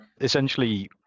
Essentially